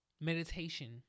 meditation